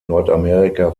nordamerika